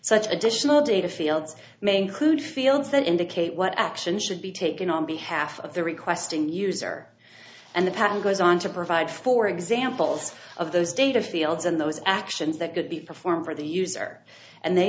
such additional data fields may include fields that indicate what action should be taken on behalf of the requesting user and the pattern goes on to provide for examples of those data fields and those actions that could be performed for the user and they